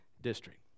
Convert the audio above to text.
district